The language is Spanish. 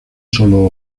solo